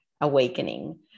awakening